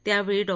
त्यावेळी डॉ